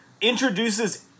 introduces